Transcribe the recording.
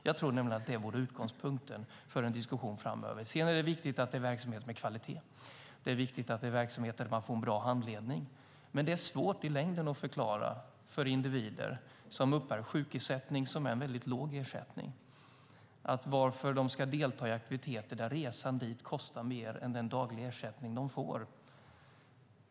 Jag tror nämligen att det vore utgångspunkten för en diskussion framöver. Sedan är det viktigt att det är en verksamhet med kvalitet. Det är viktigt att det är verksamheter där man får en bra handledning. Men det är svårt att i längden förklara för individer som uppbär sjukersättning, som är en låg ersättning, varför de ska delta i aktiviteter när resan dit kostar mer än den dagliga ersättning som de får.